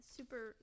super